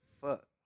fuck